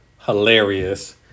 hilarious